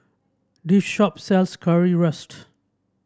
this shop sells Currywurst